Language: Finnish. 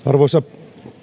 arvoisa